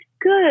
good